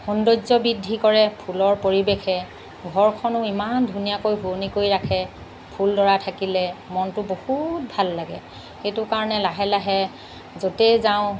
সৌন্দৰ্য্য বৃদ্ধি কৰে ফুলৰ পৰিৱেশে ঘৰখনো ইমান ধুনীয়াকৈ শুৱনি কৰি ৰাখে ফুলডৰা থাকিলে মনটো বহুত ভাল লাগে সেইটোৰ কাৰণে লাহে লাহে য'তেই যাওঁ